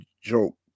joke